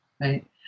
right